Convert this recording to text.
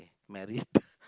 married